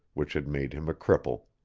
which had made him a cripple.